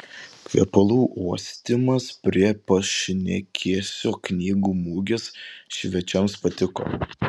kvepalų uostymas prie pašnekesio knygų mugės svečiams patiko